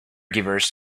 givers